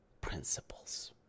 principles